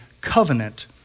covenant